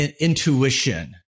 intuition